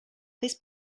this